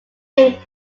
named